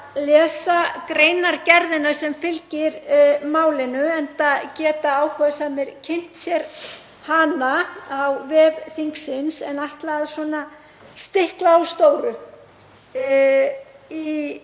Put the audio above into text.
lesa greinargerðina sem fylgir málinu enda geta áhugasamir kynnt sér hana á vef þingsins en ég ætla að stikla á stóru í